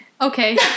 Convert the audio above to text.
Okay